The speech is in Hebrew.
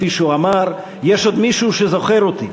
כפי שהוא אמר: יש עוד מי שזוכר אותי.